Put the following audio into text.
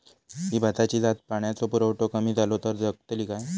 ही भाताची जात पाण्याचो पुरवठो कमी जलो तर जगतली काय?